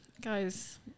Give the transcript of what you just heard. guys